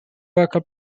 local